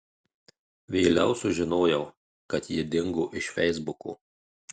vėliau sužinojau kad ji dingo iš feisbuko